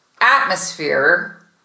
atmosphere